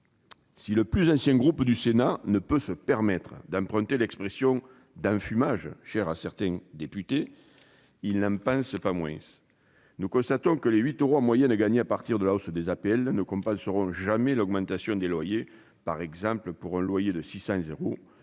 Si le plus ancien groupe du Sénat ne peut pas se permettre d'emprunter l'expression « d'enfumage », chère à certains députés, il n'en pense pas moins ! Nous constatons que les 8 euros en moyenne gagnés grâce à la hausse des APL ne compenseront jamais l'augmentation des loyers. Par exemple, pour un loyer de 600 euros,